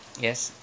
yes